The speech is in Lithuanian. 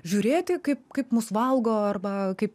žiūrėti kaip kaip mus valgo arba kaip